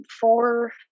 four